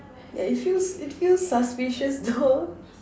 yeah it feels it feels suspicious though